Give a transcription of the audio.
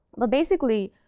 but basically,